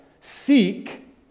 seek